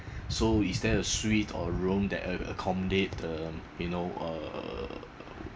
so is there a suite or room that uh accommodate um you know uh